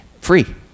free